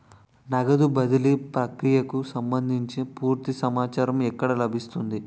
నగదు బదిలీ ప్రక్రియకు సంభందించి పూర్తి సమాచారం ఎక్కడ లభిస్తుంది?